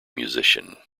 musician